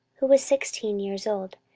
who was sixteen years old,